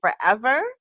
forever